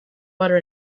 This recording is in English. butter